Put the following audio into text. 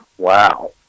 Wow